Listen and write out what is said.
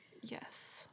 Yes